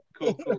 Cool